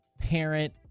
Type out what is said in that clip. parent